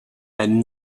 and